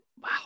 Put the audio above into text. Wow